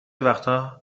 وقتها